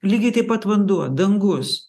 lygiai taip pat vanduo dangus